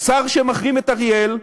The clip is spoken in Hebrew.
שר שמחרים את אריאל,